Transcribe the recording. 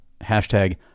hashtag